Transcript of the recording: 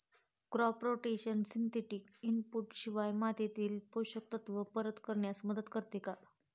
Crop rotation synthetic input शिवाय मातीमध्ये पोषक तत्त्व परत करण्यास मदत करते का?